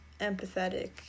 empathetic